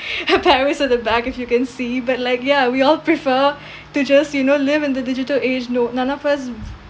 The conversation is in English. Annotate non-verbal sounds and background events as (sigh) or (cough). (breath) her at the back if you can see but like yeah we all prefer (breath) to just you know live in the digital age no none of us (noise)